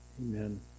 Amen